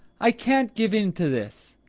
i can't give in to this.